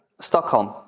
Stockholm